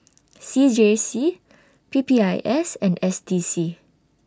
C J C P P I S and S D C